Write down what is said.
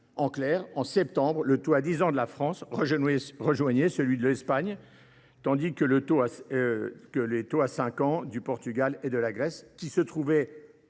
Ainsi, en septembre, le taux à dix ans de la France rejoignait celui de l’Espagne, tandis que les taux à cinq ans du Portugal et de la Grèce, deux pays qui